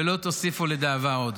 ולא תוסיפו לדאבה עוד.